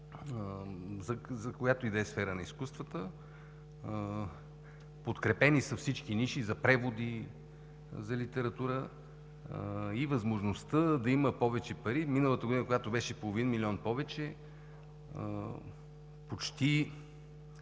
за която и да е сфера на изкуствата, подкрепени са всички ниши за преводи за литература, и възможността да има повече пари. Миналата година, когато беше с половин милион повече, почти